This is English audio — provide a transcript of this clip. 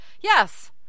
yes